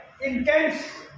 intense